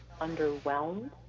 underwhelmed